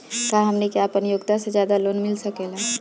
का हमनी के आपन योग्यता से ज्यादा लोन मिल सकेला?